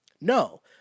No